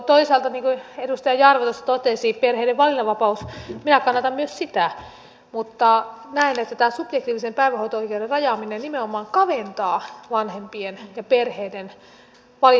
toisaalta kun edustaja jarva tuossa totesi perheiden valinnanvapaudesta minä kannatan myös sitä mutta näen että tämän subjektiivisen päivähoito oikeuden rajaaminen nimenomaan kaventaa vanhempien ja perheiden valinnanvapautta